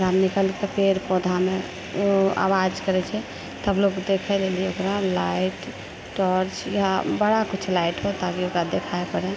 निकलिके पेड़ पौधामे ओ आवाज करैत छै तब लोक देखए लए जे ओकरा लाइट टॉर्च या बड़ा किछु लाइट हो ताकि ओकरा दिखाइ पड़ै